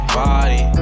body